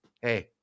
Hey